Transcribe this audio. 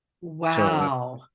Wow